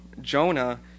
Jonah